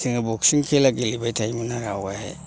जोङो बक्सिं खेला गेलेबाय थायोमोन आरो आवगायहाय